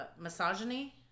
misogyny